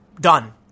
Done